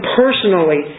personally